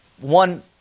One